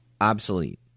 obsolete